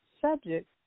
subject